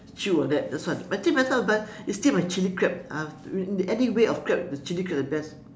chew like that that's why I think that's why I will buy still my chili crab ah in any way of crab the chili crab the best